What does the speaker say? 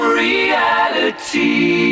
reality